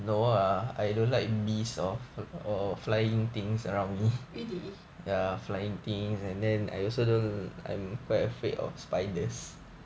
really